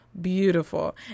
beautiful